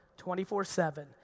24-7